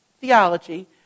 theology